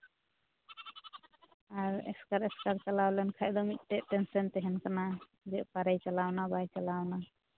ᱟᱨ ᱮᱥᱠᱟᱨ ᱮᱥᱠᱟᱨ ᱪᱟᱞᱟᱣ ᱞᱮᱱᱠᱷᱟᱱ ᱫᱚ ᱢᱤᱫᱴᱮᱱ ᱴᱮᱱᱥᱮᱱ ᱛᱟᱦᱮᱱ ᱠᱟᱱᱟ ᱡᱮ ᱚᱠᱟᱨᱮᱭ ᱪᱟᱞᱟᱣᱱᱟ ᱵᱟᱭ ᱪᱟᱞᱟᱣᱱᱟ